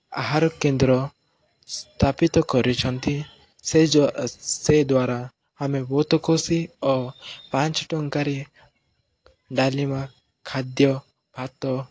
ଆହାର କେନ୍ଦ୍ର ସ୍ଥାପିତ କରିଛନ୍ତି ସେ ସେ ଦ୍ୱାରା ଆମେ ବହୁତ ଖୁସି ଓ ପାଞ୍ଚ ଟଙ୍କାରେ ଡାଲମା ଖାଦ୍ୟ ଭାତ